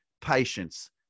patience